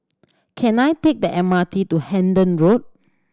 can I take the M R T to Hendon Road